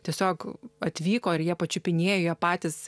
tiesiog atvyko ir jie pačiupinėjo patys